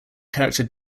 character